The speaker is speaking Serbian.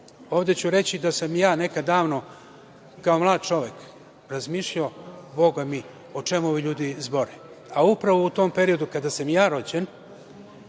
ću reći da sam nekada davno, kao mlad čovek, razmišljao – boga mi, o čemu ovi ljudi zbore, a upravo u tom periodu, kada sam i ja rođen,